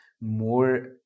more